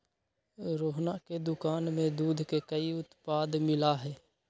रोहना के दुकान में दूध के कई उत्पाद मिला हई